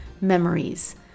memories